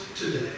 today